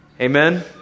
Amen